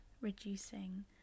reducing